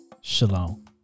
Shalom